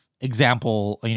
example